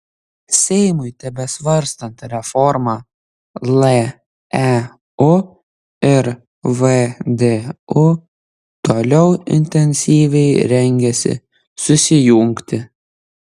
seimui tebesvarstant reformą leu ir vdu toliau intensyviai rengiasi susijungti